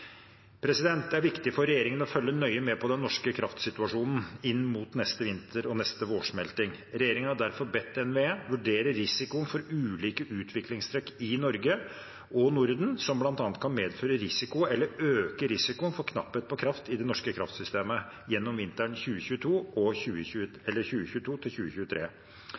Det er viktig for regjeringen å følge nøye med på den norske kraftsituasjonen inn mot neste vinter og neste vårsmelting. Regjeringen har derfor bedt NVE vurdere risikoen for ulike utviklingstrekk i Norge og Norden som bl.a. kan medføre risiko eller øke risikoen for knapphet på kraft i det norske kraftsystemet gjennom vinteren 2022/2023. NVE skal også vurdere om det er behov for forberedelser eller